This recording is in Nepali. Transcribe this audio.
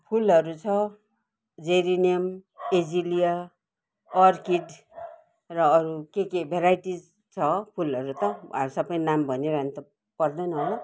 फुलहरू छ जेरिनियम एजिलिया अर्किड र अरू के के भेराइटिज छ फुलहरू त अब सबै नाम भनिरहनु त पर्दैन होला